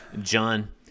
John